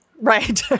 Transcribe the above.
Right